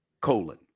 colon